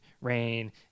rain